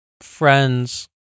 Friends